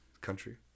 Country